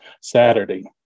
Saturday